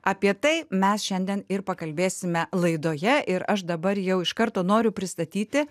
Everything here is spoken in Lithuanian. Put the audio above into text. apie tai mes šiandien ir pakalbėsime laidoje ir aš dabar jau iš karto noriu pristatyti